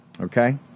Okay